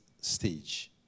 stage